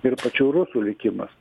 ir pačių rusų likimas